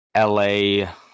LA